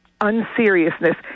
unseriousness